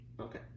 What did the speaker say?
Okay